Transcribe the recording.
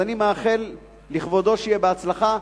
אז אני מאחל לכבודו שיהיה בהצלחה.